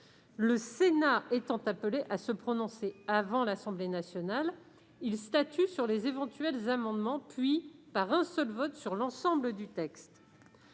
le Sénat étant appelé à se prononcer avant l'Assemblée nationale, il statue d'abord sur les éventuels amendements, puis, par un seul vote, sur l'ensemble du texte.